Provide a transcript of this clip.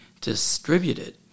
distributed